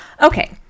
Okay